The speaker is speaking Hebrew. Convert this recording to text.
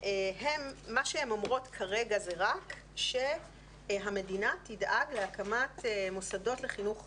ומה שהן אומרות כרגע זה רק שהמדינה תדאג להקמת מוסדות לחינוך רשמי,